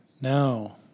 No